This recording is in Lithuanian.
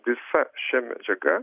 visa šia medžiaga